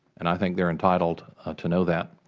and i think they are entitled to know that.